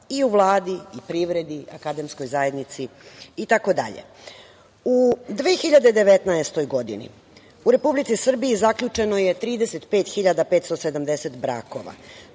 i u Vladi i privredi, akademskoj zajednici itd.U 2019. godini u Republici Srbiji zaključeno je 35.570 brakova.